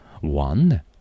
one